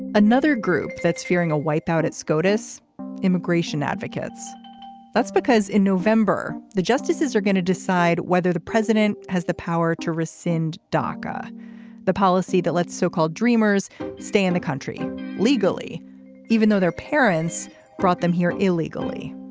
another group that's fearing a wipe out at scotus immigration advocates that's because in november the justices are going to decide whether the president has the power to rescind daka the policy that lets so-called dreamers stay in the country legally even though their parents brought them here illegally.